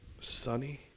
sunny